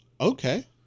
Okay